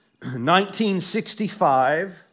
1965